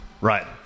Right